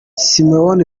simon